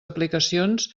aplicacions